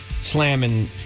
slamming